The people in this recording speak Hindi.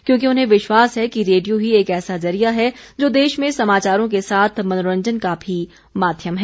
क्योंकि उन्हें विश्वास है कि रेडियो ही एक ऐसा जरिया है जो देश में समाचारों के साथ मनोरंजन का भी माध्यम है